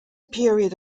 period